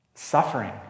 Suffering